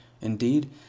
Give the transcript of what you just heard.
Indeed